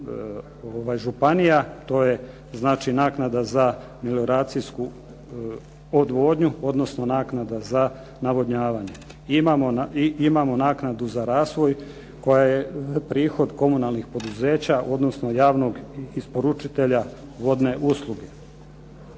županija, to je naknada za melioracijsku odvodnju, odnosno naknada za navodnjavanje. I imamo naknadu za razvoj koja je prihod komunalnih poduzeća, odnosno javnog isporučitelja vodne usluge.